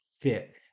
fit